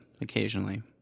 occasionally